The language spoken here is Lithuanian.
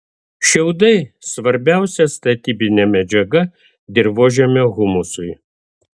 šiaudai svarbiausia statybinė medžiaga dirvožemio humusui